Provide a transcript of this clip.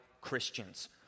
Christians